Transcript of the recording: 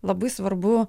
labai svarbu